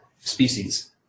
species